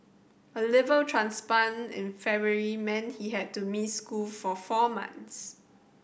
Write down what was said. a liver transplant in February meant he had to miss school for four months